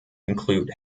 include